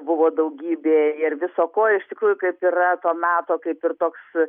buvo daugybė ir viso ko iš tikrųjų kaip yra to meto kaip ir toks